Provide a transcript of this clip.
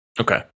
Okay